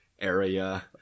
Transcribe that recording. area